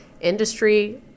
industry